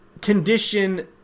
condition